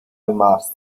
must